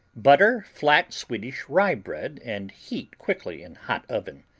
butter flat swedish rye bread and heat quickly in hot oven.